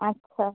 আচ্ছা